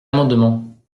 amendement